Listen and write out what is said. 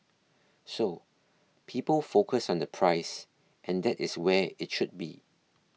so people focus on the price and that is where it should be